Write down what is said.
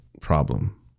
problem